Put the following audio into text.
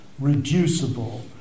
reducible